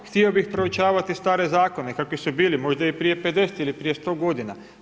Htio bih proučavati stare zakone kakvi su bili možda i prije 50 ili prije 100 godina.